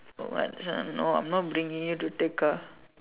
no do you understand no I'm not bringing you to Tekka